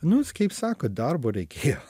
nus kaip sako darbo reikėjo